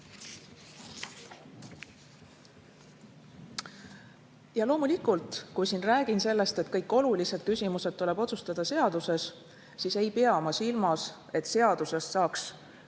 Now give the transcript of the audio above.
pea. Loomulikult, kui räägin sellest, et kõik olulised küsimused tuleb otsustada seaduses, siis ei pea ma silmas, et seaduses saaks